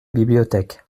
bibliothèque